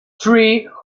three